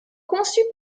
conçue